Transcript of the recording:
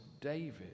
David